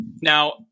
Now